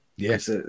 Yes